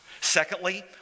Secondly